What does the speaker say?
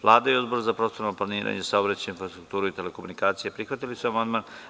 Vlada i Odbor za prostorno planiranje, saobraćaj, infrastrukturu i telekomunikacije prihvatili su amandman.